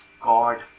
God